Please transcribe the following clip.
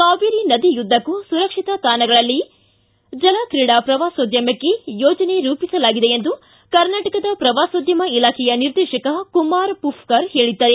ಕಾವೇರಿ ನದಿಯುದ್ದಕ್ಕೂ ಸುರಕ್ಷಿತ ತಾಣಗಳಲ್ಲಿಯೂ ಜಲಕ್ರೀಡಾ ಪ್ರವಾಸೋದ್ಯಮಕ್ಕೆ ಯೋಜನೆ ರೂಪಿಸಲಾಗಿದೆ ಎಂದು ಕರ್ನಾಟಕದ ಪ್ರವಾಸೋದ್ಯಮ ಇಲಾಖೆಯ ನಿರ್ದೇಶಕ ಕುಮಾರ್ ಪುಫ್ಕರ್ ಹೇಳಿದ್ದಾರೆ